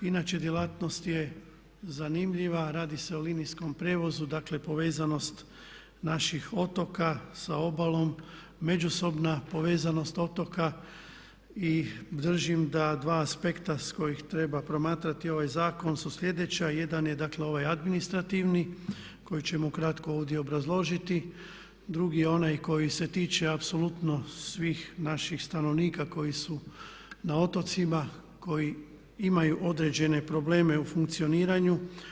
Inače djelatnost je zanimljiva, radi se o linijskom prijevozu, dakle povezanost naših otoka sa obalom, međusobna povezanost otoka i držim da dva aspekta s kojih treba promatrati ovaj zakon su slijedeća: jedan je dakle ovaj administrativni koji ćemo ukratko ovdje obrazložiti, drugi je onaj koji se tiče apsolutno svih naših stanovnika koji su na otocima, koji imaju određene probleme u funkcioniranju.